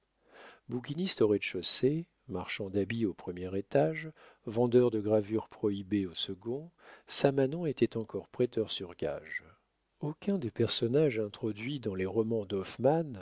bouquiniste au rez-de-chaussée marchand d'habits au premier étage vendeur de gravures prohibées au second samanon était encore prêteur sur gages aucun des personnages introduits dans les romans d'hoffmann